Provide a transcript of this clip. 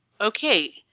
Okay